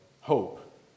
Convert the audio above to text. hope